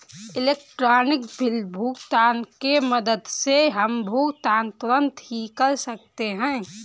electronic bill भुगतान की मदद से हम भुगतान तुरंत ही कर सकते हैं